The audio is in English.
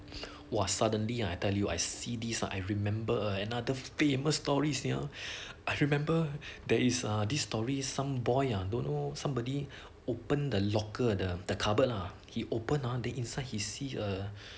!wah! suddenly ah I tell you I see these ah I remember another famous stories sia I remember there is uh this story some boy ah don't know somebody open the locker the the cupboard ah he opened on the inside he see err